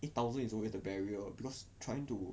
eight thousand is always the barrier because trying to